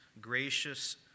gracious